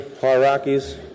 hierarchies